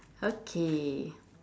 okay